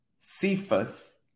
Cephas